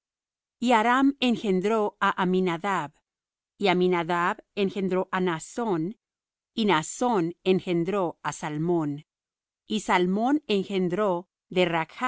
y aram engendró á aminadab y aminadab engendró á naassón y naassón engendró á salmón y salmón engendró